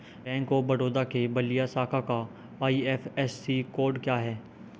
Bank of Baroda के बलिया शाखा का आई.एफ.एस.सी कोड क्या है?